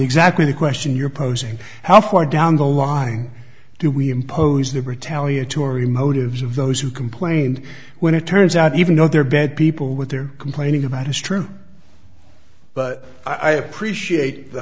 exactly the question you're posing how far down the line do we impose the retaliatory motives of those who complain when it turns out even though they're bad people what they're complaining about is true but i appreciate the